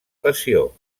passió